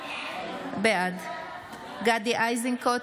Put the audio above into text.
בעד גדי איזנקוט,